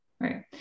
Right